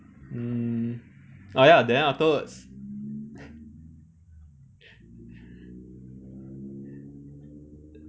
mm ah ya then afterwards